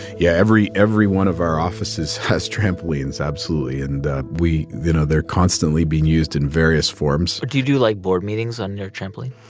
yeah. every every one of our offices has trampolines. absolutely. and we, you know they're constantly being used in various forms do you do, like board meetings on your trampoline?